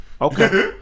Okay